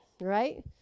Right